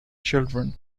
children